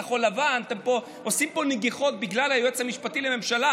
כחול לבן: אתם עושים פה התנגחויות בגלל היועץ המשפטי לממשלה,